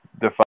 define